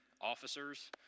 officers